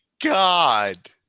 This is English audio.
god